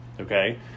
okay